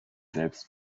selbst